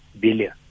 billion